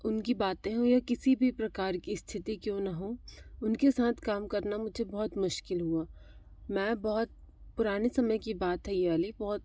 उनकी बातें हों या किसी भी प्रकार की स्थिती क्यों ना हो उनके साथ काम करना मुझे बहुत मुश्किल हुआ मैं बहुत पुराने समय की बात है ये वाली बहुत